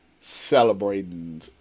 celebrating